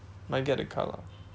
might get a car lah